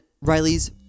Riley's